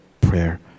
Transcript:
prayer